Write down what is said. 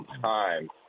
time